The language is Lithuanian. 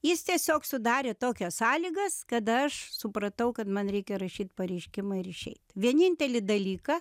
jis tiesiog sudarė tokias sąlygas kada aš supratau kad man reikia rašyt pareiškimą ir išeit vienintelį dalyką